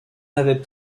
n’avaient